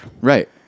Right